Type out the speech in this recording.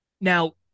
Now